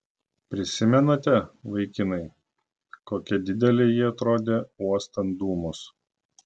prisimenate vaikinai kokia didelė ji atrodė uostant dūmus